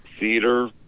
Theater